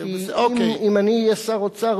כי אם אני אהיה שר אוצר,